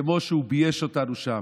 כמו שהוא בייש אותנו שם.